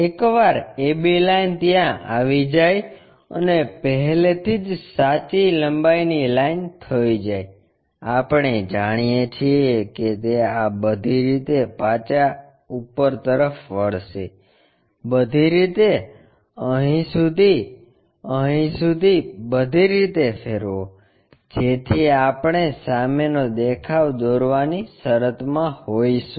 એકવાર ab line ત્યાં આવી જાય અને પહેલેથી જ સાચી લંબાઈ ની લાઇન થઈ જાય આપણે જાણીએ છીએ કે તે આ બધી રીતે પાછા ઉપર તરફ વળશે બધી રીતે અહીં સુધી અહીં સુધી બધી રીતે ફેરવો જેથી આપણે સામેનો દેખાવ દોરવાની શરતમાં હોઈશું